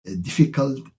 difficult